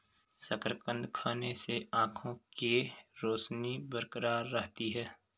शकरकंद खाने से आंखों के रोशनी बरकरार रहती है